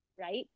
right